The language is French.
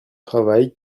travail